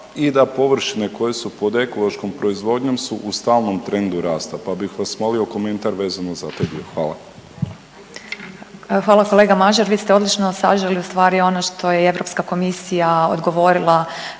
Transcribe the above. i da površine koje su pod ekološkom proizvodnjom su u stalnom trendu rasta, pa bih vas molio komentar vezano za taj dio. Hvala. **Petir, Marijana (Nezavisni)** Hvala kolega Mažar. Vi ste odlično saželi ustvari ono što je i EK odgovorila